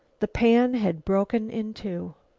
the pan had broken in two.